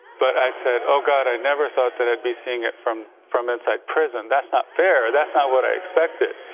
but i said oh god i never thought that i'd be saying it from from inside prison that's not fair that's not what i expected.